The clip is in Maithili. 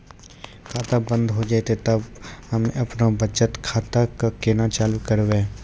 खाता बंद हो जैतै तऽ हम्मे आपनौ बचत खाता कऽ केना चालू करवै?